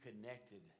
connected